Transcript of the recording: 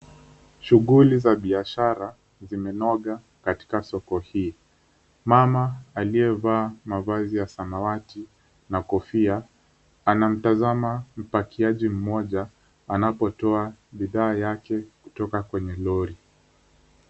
Shughuli za biashara zimenoga katika soko hii. Mama aliyevaa mavazi ya samawati na kofia, anamtazama mpakiaji mmoja, anapotoa bidhaa yake kutoka kwenye lori.